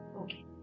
Okay